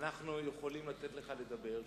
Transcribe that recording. אנחנו יכולים לתת לך לדבר,